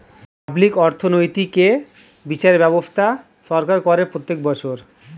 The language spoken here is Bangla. পাবলিক অর্থনৈতিক এ বিচার ব্যবস্থা সরকার করে প্রত্যেক বছর